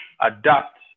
adapt